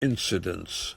incidents